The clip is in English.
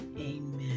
Amen